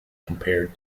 compared